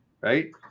right